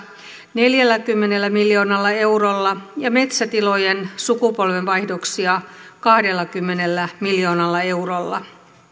neljälläkymmenellä miljoonalla eurolla ja metsätilojen sukupolvenvaihdoksissa kahdellakymmenellä miljoonalla eurolla